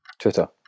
Twitter